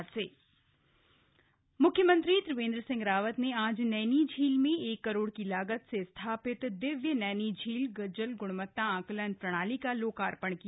CM बोकार्पण म्ख्यमंत्री त्रिवेन्द्र सिंह रावत ने आज नैनीझील में एक करोड़ की लागत से स्थापित दिव्य नैनीझील जल ग्रणवत्ता आंकलन प्रणाली का लोकार्पण किया